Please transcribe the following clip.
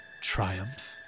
Triumph